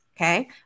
Okay